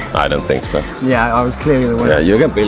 i don't think so. yeah i was clearly the winner. you can believe